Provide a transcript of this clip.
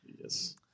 yes